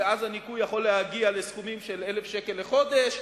ואז הניכוי יכול להגיע לסכומים של 1,000 שקל לחודש,